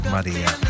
Maria